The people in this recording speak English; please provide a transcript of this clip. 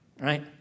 right